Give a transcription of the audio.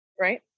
right